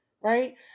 right